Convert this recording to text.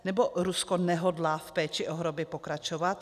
Nebo Rusko nehodlá v péči o hroby pokračovat?